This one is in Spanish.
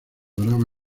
lograba